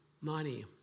money